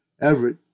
Everett